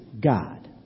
God